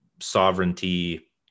sovereignty